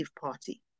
Party